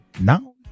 now